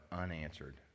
unanswered